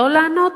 לא לענות